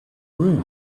room